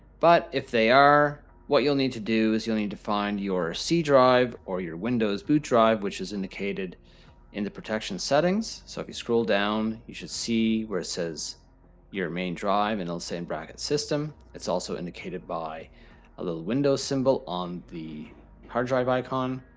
but if they are, what you'll need to do is you'll need to find your c drive or your windows boot drive which is indicated in the protection settings. so, if you scroll down, you should see where it says your main drive and they'll say in brackets system, it's also indicated by a little windows symbol on the hard drive icon.